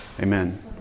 Amen